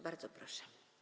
Bardzo proszę.